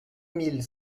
mille